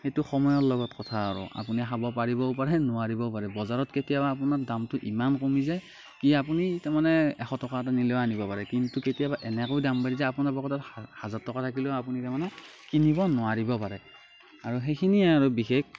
সেইটো সময়ৰ লগত কথা আৰু আপুনি খাব পাৰিবও পাৰে নোৱাৰিবও পাৰে বজাৰত কেতিয়াও আপোনাৰ দামটো ইমান কমি যায় কি আপুনি তাৰমানে এশ টকা এটা নিলেও আনিব পাৰে কিন্তু কেতিয়াবা এনেকৈ দাম বাঢ়ি যায় আপোনাৰ পকেটত হাজা হাজাৰ টকা থাকিলেও আপুনি তাৰমানে কিনিব নোৱাৰিব পাৰে আৰু সেইখিনিয়ে আৰু বিশেষ